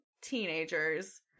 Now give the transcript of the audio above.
teenagers